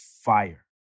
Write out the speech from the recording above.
fire